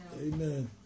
Amen